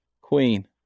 queen